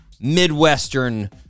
Midwestern